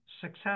success